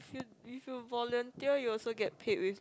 you if you volunteer you also get paid with